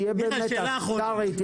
תהיה במתח, קרעי.